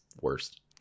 worst